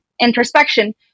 introspection